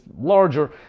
larger